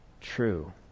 true